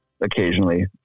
occasionally